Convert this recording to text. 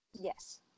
Yes